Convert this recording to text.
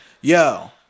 Yo